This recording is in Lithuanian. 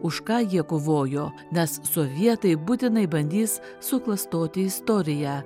už ką jie kovojo nes sovietai būtinai bandys suklastoti istoriją